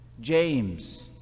James